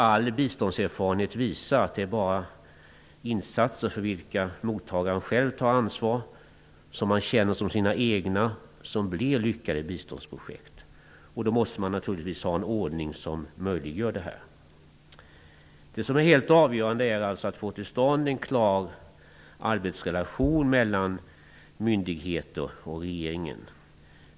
All biståndserfarenhet visar nämligen att det bara är insatser för vilka mottagaren själv tar ansvar och som man känner som sina egna som blir lyckade biståndsprojekt. Då måste vi naturligtvis ha en ordning som möjliggör detta. Det som är helt avgörande är alltså att få till stånd en klar arbetsrelation mellan myndigheter och regering.